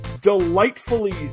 delightfully